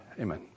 Amen